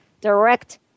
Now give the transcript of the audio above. direct